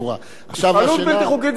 עכשיו, השאלה, התקהלות בלתי חוקית זה דבר אחר.